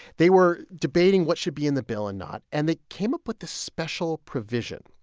they were debating what should be in the bill and not, and they came up with this special provision.